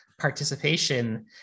participation